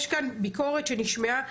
יש כאן ביקורת שנשמעה,